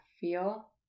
feel